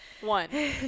One